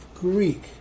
Greek